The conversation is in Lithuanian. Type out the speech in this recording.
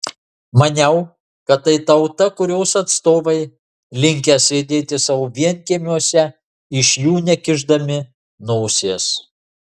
maniau kad tai tauta kurios atstovai linkę sėdėti savo vienkiemiuose iš jų nekišdami nosies